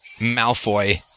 Malfoy